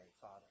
Father